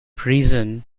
prison